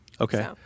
Okay